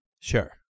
Sure